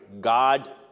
God